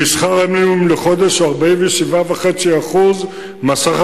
כי שכר מינימום לחודש הוא 47.5% מהשכר